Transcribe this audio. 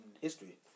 history